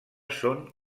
són